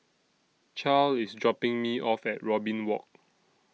Charle IS dropping Me off At Robin Walk